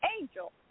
Angel